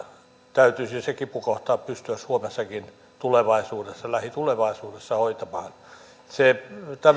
täytyisi se kipukohta pystyä suomessakin tulevaisuudessa lähitulevaisuudessa hoitamaan tämä suomen